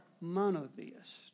monotheist